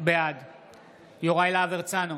בעד יוראי להב הרצנו,